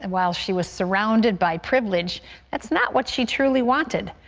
and while she was surrounded by privilege, that's not what she truly wanted.